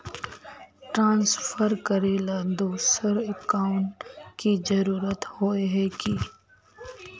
Transfer करेला दोसर account की जरुरत होय है की?